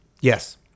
Yes